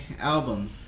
album